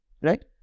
Right